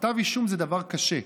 כתב אישום זה דבר קשה,